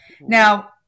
Now